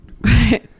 right